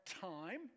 time